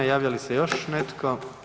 Javlja li se još netko?